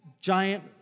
giant